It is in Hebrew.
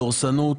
דורסנות,